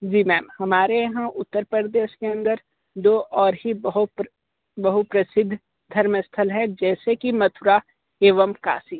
जी ma'am हमारे यहाँ उत्तर प्रदेश के अंदर दो और भी बहुत बहुत प्रसिद्ध धर्म स्थल है जैसे कि मथुरा एवं काशी